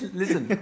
listen